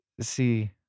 See